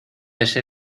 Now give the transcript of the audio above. ese